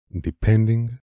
depending